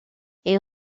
est